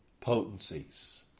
potencies